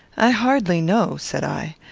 i hardly know, said i.